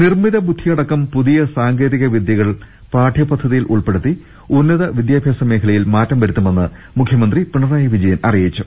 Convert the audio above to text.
നിർമിത ബുദ്ധിയടക്കം പുതിയ സാങ്കേതികവിദൃകൾ പാഠ്യപദ്ധതിയിൽ ഉൾപ്പെടുത്തി ഉന്നത വിദ്യാഭ്യാസ മേഖലയിൽ മാറ്റം വരുത്തുമെന്ന് മുഖ്യ മന്ത്രി പിണറായി വിജയൻ അറിയിച്ചു